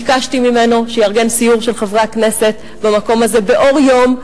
וביקשתי ממנו שיארגן סיור של חברי הכנסת במקום הזה באור יום,